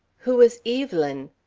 who was evelyn?